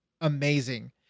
amazing